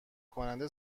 کننده